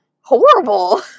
horrible